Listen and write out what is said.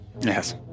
Yes